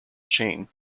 chain